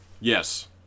Yes